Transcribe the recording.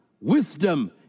Wisdom